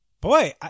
Boy